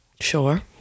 Sure